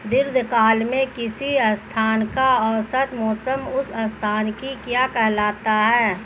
दीर्घकाल में किसी स्थान का औसत मौसम उस स्थान की क्या कहलाता है?